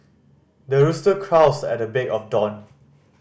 the rooster crows at the break of dawn